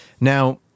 Now